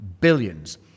billions